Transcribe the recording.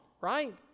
right